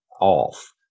off